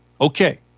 Okay